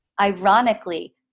ironically